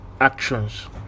actions